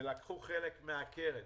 ולקחו חלק מהקרן.